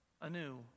anew